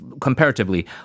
comparatively